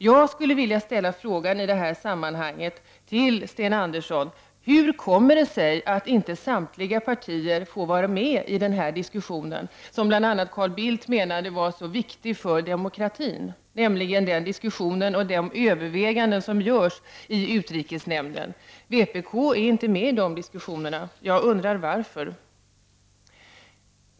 Jag skulle i det här sammanhanget vilja ställa frågan till Sten Andersson: Hur kommer det sig att inte samtliga partier får vara med i den diskussion som bl.a. Carl Bildt menade var så viktig för demokratin, nämligen den diskussion och de överväganden som görs i utrikesnämnden? Vpk är inte med i de diskussionerna. Jag undrar varför.